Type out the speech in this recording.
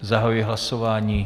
Zahajuji hlasování.